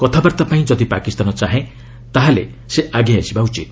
କଥାବାର୍ତ୍ତା ପାଇଁ ଯଦି ପାକିସ୍ତାନ ଚାହେଁ ତାହା ହେଲେ ସେ ଆଗେଇ ଆସିବା ଉଚିତ